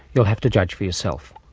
you'll have to judge for yourself.